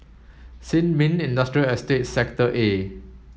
Sin Ming Industrial Estate Sector A